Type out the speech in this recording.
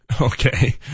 Okay